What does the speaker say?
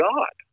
God